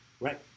right